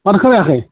मानो खोनायाखै